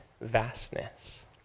vastness